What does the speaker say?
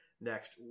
next